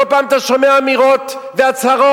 כל פעם אתה שומע אמירות והצהרות,